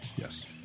Yes